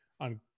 on